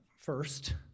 first